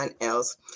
else